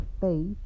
faith